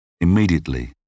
Immediately